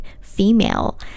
female